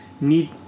need